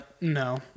no